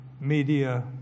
media